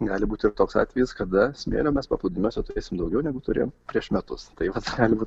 gali būti ir toks atvejis kada smėlio mes paplūdimiuose turėsim daugiau negu turijom prieš metus tai vatgali būt